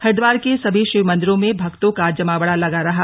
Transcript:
हरिद्वार के सभी शिव मंदिरों में भक्तों का जमावड़ा लगा रहा